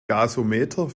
gasometer